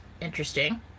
interesting